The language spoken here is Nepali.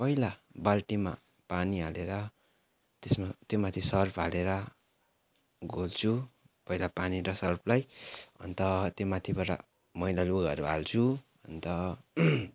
पहिला बाल्टीमा पानी हालेर त्यसमा त्यो माथि सर्फ हालेर घोल्छु पहिला पानी र सर्फलाई अन्त त्यो माथिबाट मैला लुगाहरू हाल्छु अन्त